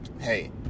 hey